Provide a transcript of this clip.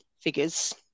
figures